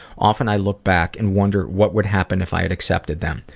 often i look back and wonder what would happen if i accepted them.